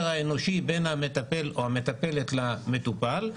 האנושי בין המטפל או המטפלת לבין המטופל,